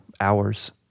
hours